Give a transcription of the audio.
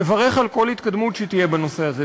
מברך על כל התקדמות שתהיה בנושא הזה,